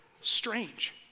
strange